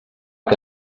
que